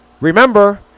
remember